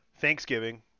Thanksgiving